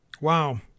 Wow